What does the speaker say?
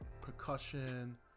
percussion